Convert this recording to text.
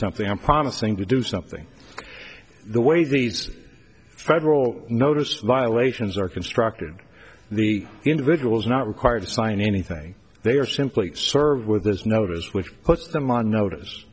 something i'm promising to do something the way these federal notice violations are constructed the individual is not required to sign anything they are simply served with this notice which puts them on notice